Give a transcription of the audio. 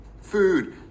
food